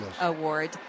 Award